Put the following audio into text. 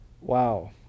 Wow